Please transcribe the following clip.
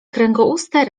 kręgouste